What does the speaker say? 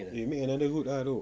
you make another route ah dok